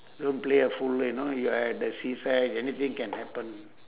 don't play a fool eh you know you are at the seaside anything can happen